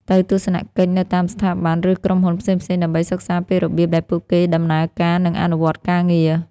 ទៅទស្សនកិច្ចនៅតាមស្ថាប័ន ឬក្រុមហ៊ុនផ្សេងៗ ដើម្បីសិក្សាពីរបៀបដែលពួកគេដំណើរការ និងអនុវត្តការងារ។